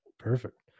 Perfect